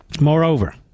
Moreover